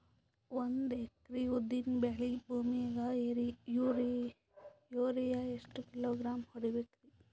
ಒಂದ್ ಎಕರಿ ಉದ್ದಿನ ಬೇಳಿ ಭೂಮಿಗ ಯೋರಿಯ ಎಷ್ಟ ಕಿಲೋಗ್ರಾಂ ಹೊಡೀಬೇಕ್ರಿ?